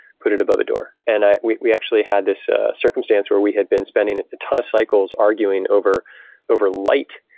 put it above a door. and we we actually had this circumstance where we had been spending a ton of cycles arguing over over light,